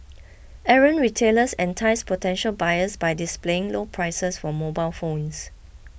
errant retailers entice potential buyers by displaying low prices for mobile phones